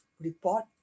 report